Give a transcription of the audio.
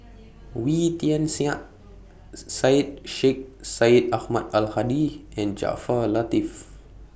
Wee Tian Siak Syed Sheikh Syed Ahmad Al Hadi and Jaafar Latiff